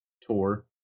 tour